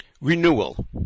Renewal